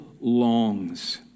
longs